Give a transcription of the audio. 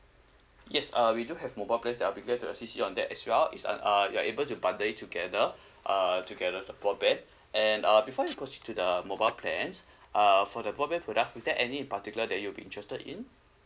yes uh we do have mobile plans that I'll be glad to assist you on that as well is uh uh you're able to bundle it together uh together for broadband and uh before we proceed to the mobile plans uh for the broadband products is there any in particular that you'll be interested in